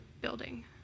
building